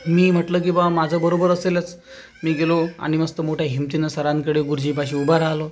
मी म्हटलं की बुवा माझं बरोबर असेलच मी गेलो आणि मस्त मोठ्या हिमतीनं सरांकडे गुरुजीपाशी उभा राहिलो